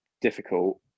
difficult